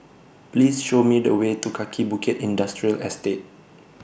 Please Show Me The Way to Kaki Bukit Industrial Estate